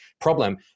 problem